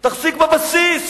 תחזיק בבסיס.